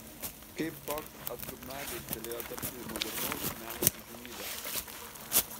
kaip toks atgrubnagis galėjo tapti modernaus meno įžymybe